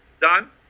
done